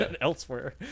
elsewhere